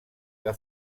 que